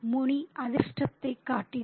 முனி அதிர்ஷ்டத்தைக் காட்டினார்